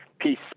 Peace